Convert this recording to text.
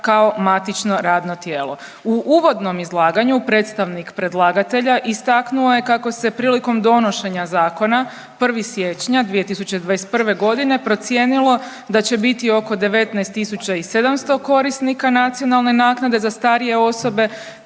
kao matično radno tijelo. U uvodnom izlaganju predstavnik predlagatelja istaknuo je kako se prilikom donošenja zakona 1. siječnja 2021. procijenilo da će biti oko 19 700 korisnika nacionalne naknade za starije osobe